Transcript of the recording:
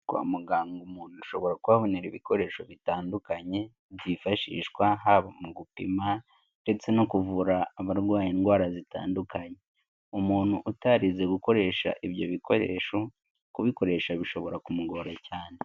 Kwa muganga umuntu ashobora kuhabonera ibikoresho bitandukanye, byifashishwa haba mu gupima ndetse no kuvura abarwaye indwara zitandukanye, umuntu utarize gukoresha ibyo bikoresho, kubikoresha bishobora kumugora cyane.